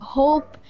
hope